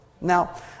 Now